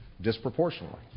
disproportionately